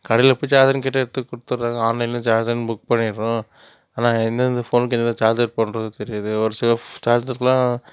கடையில் போய் சார்ஜருனு கேட்டால் எடுத்து கொடுத்துடுறாங்க ஆன்லைன்லையும் சார்ஜருனு புக் பண்ணிடுறோம் ஆனால் எந்த எந்த ஃபோனுக்கு எந்த எந்த சார்ஜர் பண்றதுனு தெரியிறதில்லை ஒரு சில சார்ஜருலாம்